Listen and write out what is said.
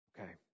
Okay